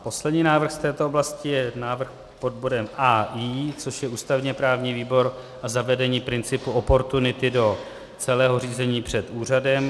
Poslední návrh z této oblasti je návrh pod bodem AI, což je ústavněprávní výbor a zavedení principu oportunity do celého řízení před úřadem.